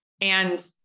And-